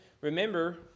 remember